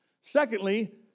Secondly